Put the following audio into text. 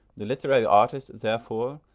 the literary artist, therefore,